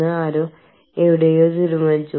യാത്രയ്ക്ക് എത്ര ദിവസം അനുവദിച്ചു